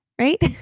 right